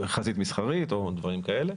חזית מסחרית או דברים כאלה,